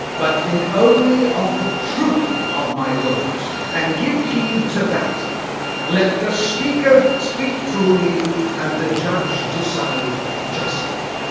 but think only of the truth of my words, and give heed to that let the speaker speak truly and the judge decide justly.